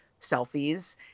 selfies